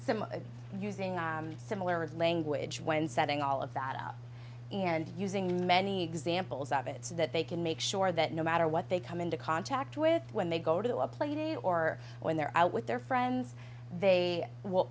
sim using similar language when setting all of that up and using many examples of it so that they can make sure that no matter what they come into contact with when they go to a play or when they're out with their friends they will